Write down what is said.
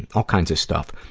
and all kinds of stuff.